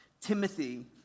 Timothy